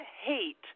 hate